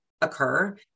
occur